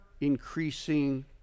increasing